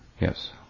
Yes